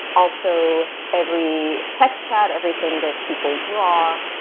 also, every text chat, everything that people draw,